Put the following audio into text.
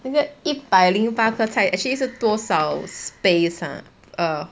and that 一百零八棵菜 actually 是多少 space !huh! err